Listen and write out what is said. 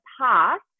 past